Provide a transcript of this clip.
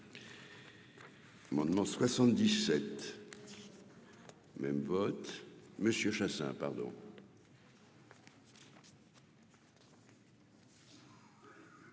monument 77 même vote Monsieur Chassaing pardon.